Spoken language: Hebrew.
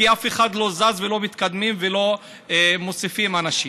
כי אף אחד לא זז ולא מתקדמים ולא מוסיפים אנשים.